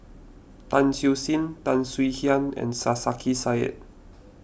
Tan Siew Sin Tan Swie Hian and Sarkasi Said